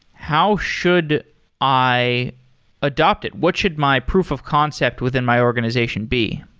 how should i adopt it? what should my proof of concept within my organization be?